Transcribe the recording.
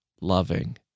loving